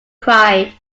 cried